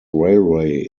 railway